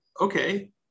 Okay